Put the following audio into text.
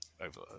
over